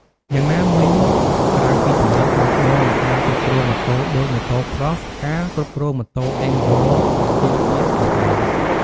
យ៉ាងណាមិញក្រៅពីជំនាញបើកបរ និងការគ្រប់គ្រងម៉ូតូដូច Motocross ការគ្រប់គ្រងម៉ូតូ អេនឌ្យូរ៉ូ (Enduro) ក៏ទាមទារផងដែរ។